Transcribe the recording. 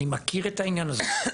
אני מכיר את העניין הזה.